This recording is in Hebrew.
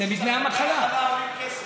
דמי המחלה עולים כסף.